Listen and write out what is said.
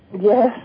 Yes